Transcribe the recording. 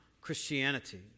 Christianity